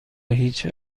هیچ